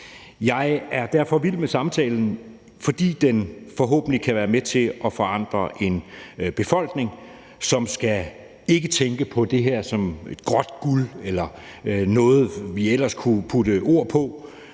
Jeg er derfor vild med samtalen, for den kan forhåbentlig være med til at forandre en befolkning, som ikke skal tænke på det her som gråt guld eller noget, vi ellers kunne putte ord på,